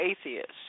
atheists